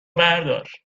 بردار